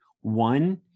one